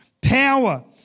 power